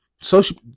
Social